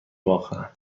واقعا